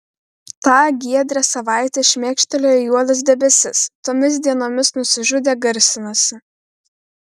tą giedrią savaitę šmėkštelėjo juodas debesis tomis dienomis nusižudė garsinasi